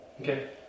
Okay